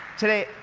today,